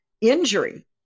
injury